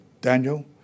Daniel